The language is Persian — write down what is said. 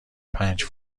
پنج